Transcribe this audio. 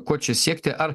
ko čia siekti ar